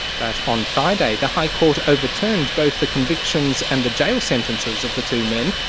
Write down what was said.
but on friday the high court overturned both the convictions and the jail sentences of the two men.